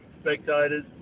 spectators